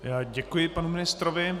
Já děkuji panu ministrovi.